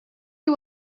you